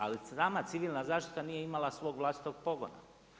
Ali sama civilna zaštita nije imala svog vlastitog pogona.